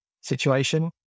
situation